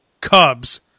Cubs